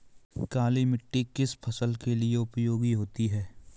काली मिट्टी किस फसल के लिए उपयोगी होती है?